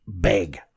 big